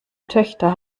töchter